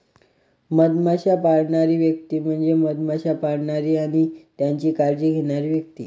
मधमाश्या पाळणारी व्यक्ती म्हणजे मधमाश्या पाळणारी आणि त्यांची काळजी घेणारी व्यक्ती